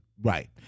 Right